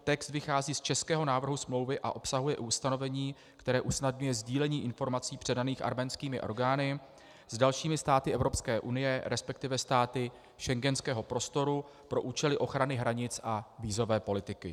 Text vychází z českého návrhu smlouvy a obsahuje ustanovení, které usnadňuje sdílení informací předaných arménskými orgány s dalšími státy Evropské unie, resp. státy schengenského prostoru, pro účely ochrany hranic a vízové politiky.